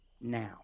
now